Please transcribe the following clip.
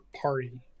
party